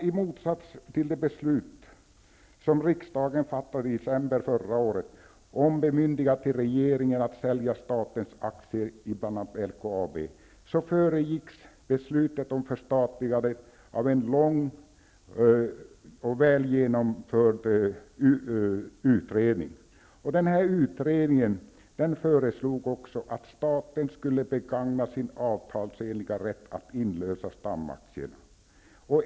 I motsats till det beslut som riksdagen fattade i december förra året om bemyndigande till regeringen att sälja statens aktier i bl.a. LKAB föregicks beslutet om förstatligandet av en lång och väl genomförd utredning. I denna föreslogs att staten skulle begagna sin avtalsenliga rätt att inlösa stamaktierna.